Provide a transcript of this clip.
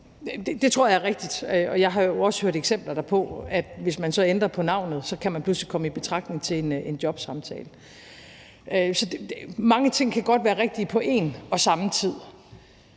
Det tror jeg er rigtigt, og jeg har jo også hørt eksempler på det med, at hvis man ændrer på navnet, så kan man pludselig komme i betragtning til en jobsamtale. Mange ting kan godt være rigtige på en og samme tid.